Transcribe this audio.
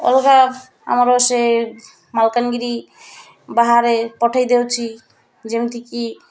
ଅଲଗା ଆମର ସେ ମାଲକାନଗିରି ବାହାରେ ପଠାଇ ଦେଉଛିି ଯେମିତିକି